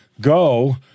go